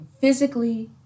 Physically